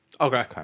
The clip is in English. Okay